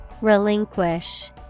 Relinquish